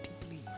deeply